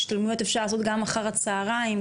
השתלמויות אפשרות לעשות גם אחר הצוהריים,